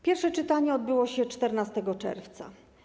Pierwsze czytanie odbyło się 14 czerwca.